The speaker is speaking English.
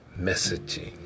messaging